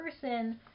person